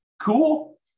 Cool